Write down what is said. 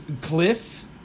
Cliff